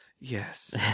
Yes